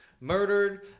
murdered